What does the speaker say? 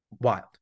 Wild